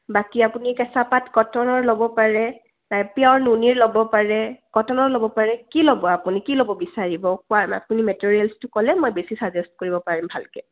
বাকী আপুনি কেঁচা পাট কটনৰ ল'ব পাৰে পিয়'ৰ নুনিৰ ল'ব পাৰে কটনৰ ল'ব পাৰে কি ল'ব আপুনি কি ল'ব বিচাৰিব কোৱা আপুনি মেটেৰিয়েলছটো ক'লে মই বেছি চাজেষ্ট কৰিব পাৰিম ভালকৈ